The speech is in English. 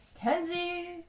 Kenzie